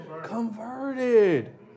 converted